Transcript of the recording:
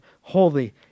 holy